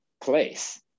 place